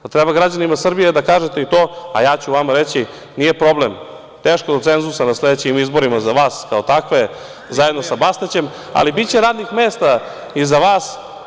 Treba građanima Srbije da kažete i to, a ja ću vama reći, nije problem, teško je u cenzusima na sledećim izborima za vas kao takve, zajedno sa Bastaćem, ali biće radnih mesta i za vas.